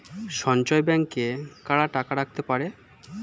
সঞ্চয় ব্যাংকে কারা টাকা রাখতে পারে?